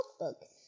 notebook